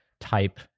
type